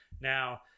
Now